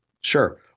Sure